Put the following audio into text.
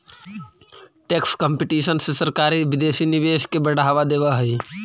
tax competition से सरकारी विदेशी निवेश के बढ़ावा देवऽ हई